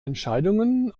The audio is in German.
entscheidungen